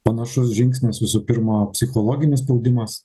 panašus žingsnis visų pirma psichologinis spaudimas